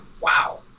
wow